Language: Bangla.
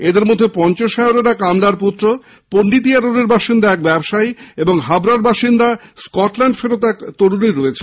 এদের মধ্যে পঞ্চশায়রের এক আমলার পুত্র পন্ডিতিয়া রোদের বাসিন্দা এক ব্যবসায়ী এবং হাবড়ার বাসিন্দা স্কটল্যান্ড ফেরত এক তরুণী রয়েছেন